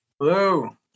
Hello